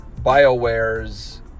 BioWare's